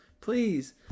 please